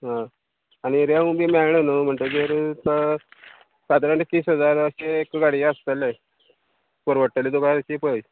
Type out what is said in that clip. आं आनी रेंव बी मेळ्ळे न्हू म्हणटगीर सादारण ते तीस हजार अशें एक गाडये आसतले परवडटले तुका की पय